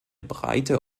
breite